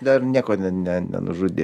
dar nieko ne ne nenužudė